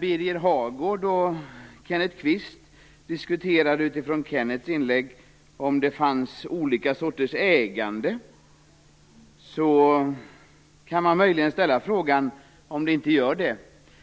Birger Hagård och Kenneth Kvist diskuterade utifrån Kenneth Kvists inlägg om det fanns olika sorters ägande. Man kan möjligen ställa frågan om det inte gör det. Jag